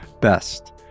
Best